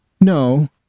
No